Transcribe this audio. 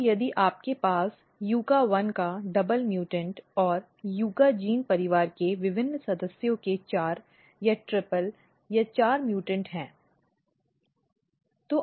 तो यदि आपके पास YUCCA1 का डबल उत्परिवर्ती और YUCCA जीन परिवार के विभिन्न सदस्यों के 4 या ट्रिपल या चार उत्परिवर्ती हैं